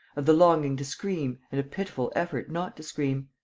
of the longing to scream and a pitiful effort not to scream.